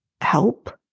help